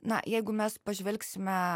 na jeigu mes pažvelgsime